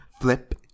Flip